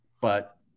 But-